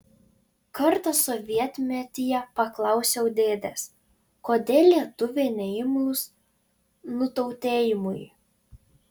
kartą sovietmetyje paklausiau dėdės kodėl lietuviai neimlūs nutautėjimui